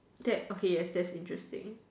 that okay yes that's interesting